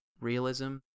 realism